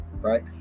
right